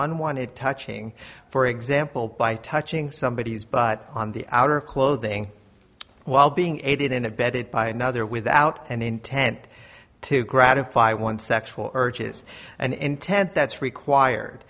unwanted touching for example by touching somebodies but on the outer clothing while being aided and abetted by another without an intent to gratify one's sexual urges and intent that's required